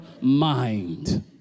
mind